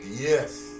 Yes